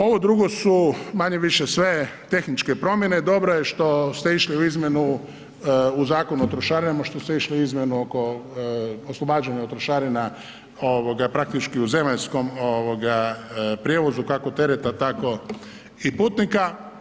Ovo drugo su manje-više sve tehničke promjene, dobro je što ste išli u izmjenu u Zakonu o trošarinama, što ste išli u izmjenu oko oslobađanja od trošarina praktički u zemaljskom ovoga prijevoz kako tereta, tako i putnika.